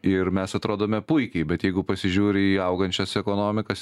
ir mes atrodome puikiai bet jeigu pasižiūri į augančias ekonomikas